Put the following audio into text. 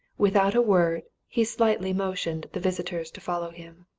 without a word, he slightly motioned the visitors to follow him.